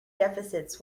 deficits